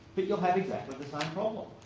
but you'll have exactly the same problem.